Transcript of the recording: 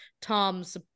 Tom's